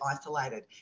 isolated